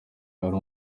ari